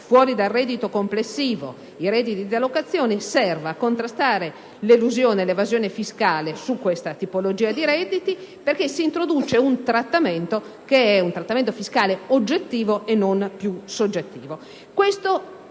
fuori dal reddito complessivo i redditi da locazione serva a contrastare l'elusione e l'evasione fiscale su questa tipologia di redditi, perché si introduce un trattamento che è un trattamento fiscale oggettivo e non più soggettivo.